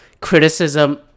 criticism